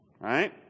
right